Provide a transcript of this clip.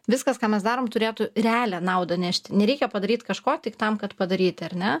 viskas ką mes darom turėtų realią naudą nešti nereikia padaryt kažko tik tam kad padaryti ar ne